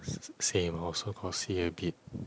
sa~ same I also got see a bit